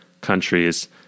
countries